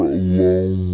alone